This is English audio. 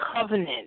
covenant